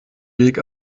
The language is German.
weg